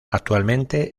actualmente